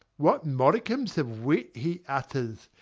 what modicums of wit he utters!